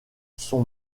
son